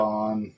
on